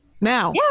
Now